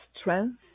strength